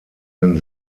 den